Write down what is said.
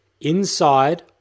inside